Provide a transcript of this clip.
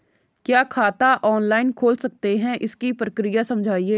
क्या खाता ऑनलाइन खोल सकते हैं इसकी प्रक्रिया समझाइए?